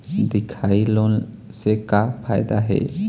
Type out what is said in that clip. दिखाही लोन से का फायदा हे?